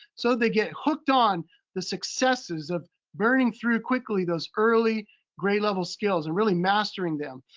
so they get hooked on the successes of burning through quickly those early grade-level skills and really mastering them.